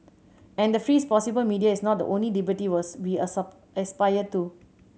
and the freest possible media is not the only liberty was we aspire to